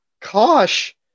Kosh